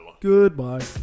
Goodbye